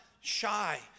shy